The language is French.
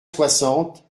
soixante